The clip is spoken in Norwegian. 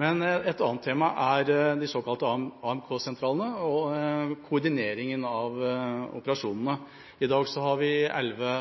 Et annet tema er de såkalte AMK-sentralene og koordineringen av operasjonene. I dag har vi elleve